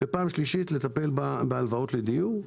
ולטפל בהלוואות לדיור.